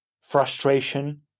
frustration